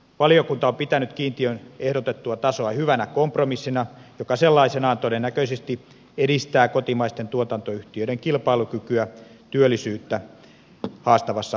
valiokunta on pitänyt kiintiön ehdotettua tasoa hyvänä kompromissina joka sellaisenaan todennäköisesti edistää kotimaisten tuotantoyhti öiden kilpailukykyä työllisyyttä haastavassa markkinatilanteessa